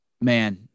man